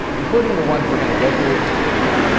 including the ones we're gonna go through in this video.